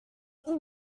where